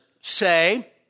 say